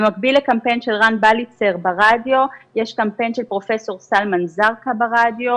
במקביל לקמפיין של רן בליצר ברדיו יש קמפיין של פרופ' סלמאן זרקא ברדיו.